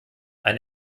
ein